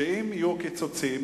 שאם יהיו קיצוצים,